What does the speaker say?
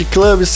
Club